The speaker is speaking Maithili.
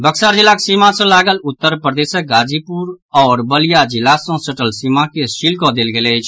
बक्सर जिलाक सीमा सँ लागल उत्तर प्रदेशक गाजीपुर आओर बलिया जिला सँ सटल सीमा के सील कऽ देल गेल अछि